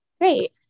Great